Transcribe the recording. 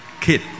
kid